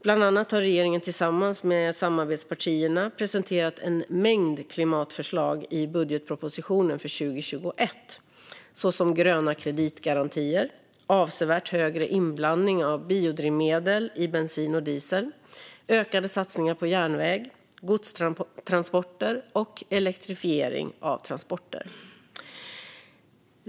Bland annat har regeringen tillsammans med samarbetspartierna presenterat en mängd klimatförslag i budgetpropositionen för 2021, såsom gröna kreditgarantier, avsevärt högre inblandning av biodrivmedel i bensin och diesel, ökade satsningar på järnväg, godstransporter och elektrifiering av transporter.